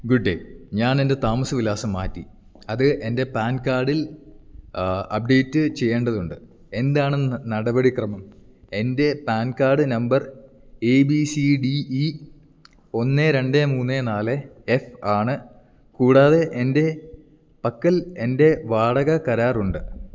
good day ഞാനെൻ്റെ താമസവിലാസം മാറ്റി അത് എൻ്റെ പാൻ കാഡിൽ അപ്ഡേറ്റ് ചെയ്യേണ്ടതുണ്ട് എന്താണെന്ന് നടപടിക്രമം എൻ്റെ PAN card number A B C D E ഒന്ന് രണ്ട് മൂന്ന് നാല് എഫ് ആണ് കൂടാതെ എൻ്റെ പക്കൽ എൻ്റെ വാടകക്കരാറുണ്ട്